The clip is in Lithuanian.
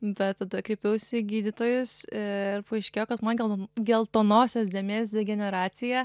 bet tada kreipiausi į gydytojus ir paaiškėjo kad man geltonosios dėmės degeneracija